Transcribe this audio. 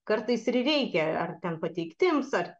kartais ir reikia ar ten pateiktims ar